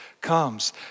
comes